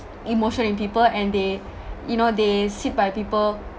emotion in people and they you know they sit by people